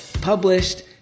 published